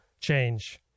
change